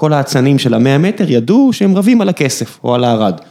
כל האצנים של המאה מטר ידעו שהם רבים על הכסף או על הארד.